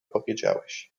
powiedziałeś